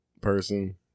person